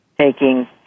taking